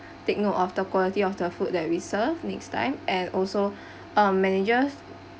take note of the quality of the food that we serve next time and also uh managers